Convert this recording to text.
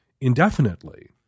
indefinitely